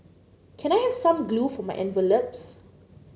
can I have some glue for my envelopes